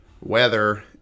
Weather